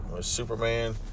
Superman